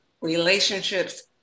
relationships